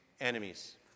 enemies